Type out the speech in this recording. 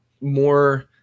more